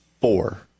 Four